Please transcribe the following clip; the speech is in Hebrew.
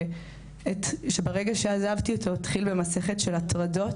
שברגע שעזבתי אותו הוא התחיל במסכת של הטרדות,